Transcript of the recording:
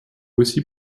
aussi